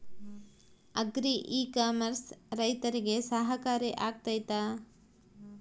Agri e commerce ರೈತರಿಗೆ ಸಹಕಾರಿ ಆಗ್ತೈತಾ?